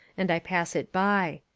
and i pass it by.